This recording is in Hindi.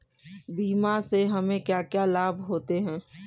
बीमा से हमे क्या क्या लाभ होते हैं?